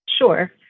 Sure